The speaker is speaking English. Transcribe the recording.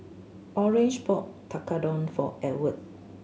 Orange bought Tekkadon for Edward